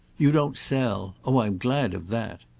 you don't sell? oh i'm glad of that!